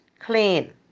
clean